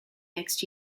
next